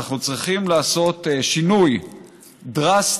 אנחנו צריכים לעשות שינוי דרסטי